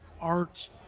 Art